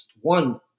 one